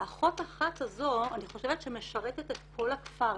והאחות האחת הזו אני חושבת שמשרתת את כל הכפר,